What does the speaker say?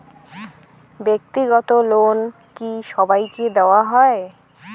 ব্যাক্তিগত লোন কি সবাইকে দেওয়া হয়?